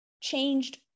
changed